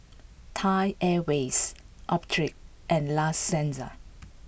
Thai Airways Optrex and La Senza